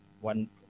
one